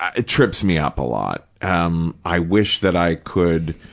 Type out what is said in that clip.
it trips me up a lot. um i wish that i could,